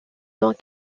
dans